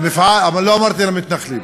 מפעל, אל תקרא למתנחלים שרץ.